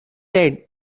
said